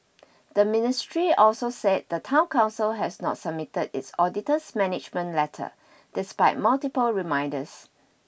the ministry also said the town council has not submitted its auditor's management letter despite multiple reminders